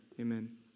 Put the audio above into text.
amen